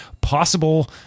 possible